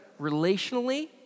relationally